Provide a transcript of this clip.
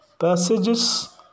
passages